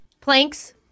Planks